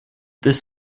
this